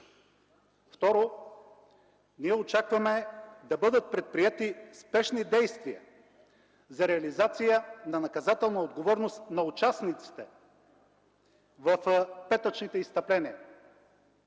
Второ, очакваме да бъдат предприети спешни действия за реализация на наказателна отговорност на участниците в петъчните изстъпления.